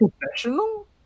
professional